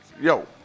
yo